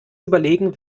überlegen